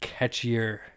catchier